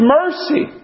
mercy